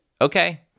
okay